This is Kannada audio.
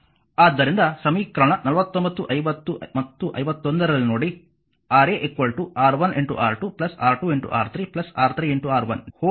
ಆದ್ದರಿಂದ ಸಮೀಕರಣ 49 50 ಮತ್ತು 51 ರಲ್ಲಿ ನೋಡಿ Ra R1R2 R2R3 R3R1 R1